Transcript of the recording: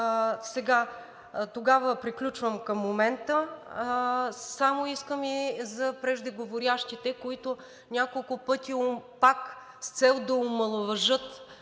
Тогава приключвам към момента. Искам само и за преждеговорившите, които няколко пъти, пак с цел да омаловажат